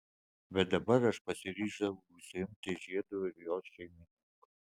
bet dabar aš pasiryžau užsiimti žiedu ir jo šeimininku